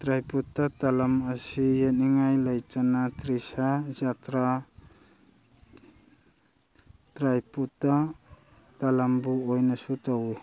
ꯇ꯭ꯔꯥꯏꯄꯨꯇ ꯇꯂꯝ ꯑꯁꯤ ꯌꯦꯠꯅꯤꯡꯉꯥꯏ ꯂꯩꯇꯅ ꯇ꯭ꯔꯤꯁꯥ ꯖꯇ꯭ꯔꯥ ꯇ꯭ꯔꯥꯄꯨꯇ ꯇꯂꯝꯕꯨ ꯑꯣꯏꯅꯁꯨ ꯇꯧꯏ